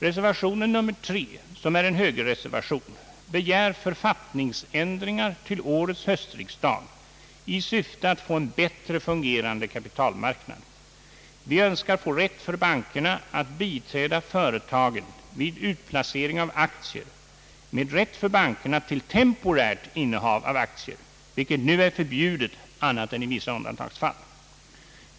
Reservation nr 3, som är en högerreservation, begär författningsändringar till årets höstriksdag i syfte att få en bättre fungerande kapitalmarknad. Vi önskar få rätt för bankerna att biträda företagen vid utplacering av aktier, med rätt för bankerna till temporärt innehav av aktier, vilket nu är förbjudet utom 1 vissa undantagsfall.